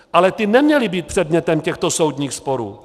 Ale ty neměly být předmětem těchto soudních sporů.